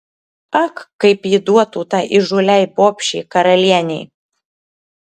ak kaip ji duotų tai įžūliai bobšei karalienei